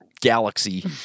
galaxy